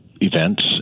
events